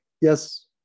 Yes